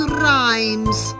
rhymes